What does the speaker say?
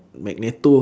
magneto